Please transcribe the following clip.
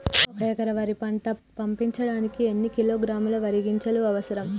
ఒక్క ఎకరా వరి పంట పండించడానికి ఎన్ని కిలోగ్రాముల వరి గింజలు అవసరం?